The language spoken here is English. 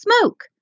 smoke